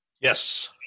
Yes